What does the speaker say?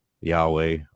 Yahweh